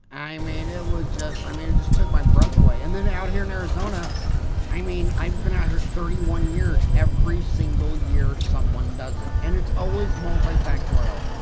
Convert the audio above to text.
i mean it was just i mean it just took my breath away and then out here in arizona i mean i've been out here thirty one years every single year someone does it and it's always multifactorial.